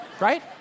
Right